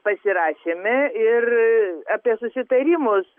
pasirašėme ir apie susitarimus